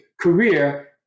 career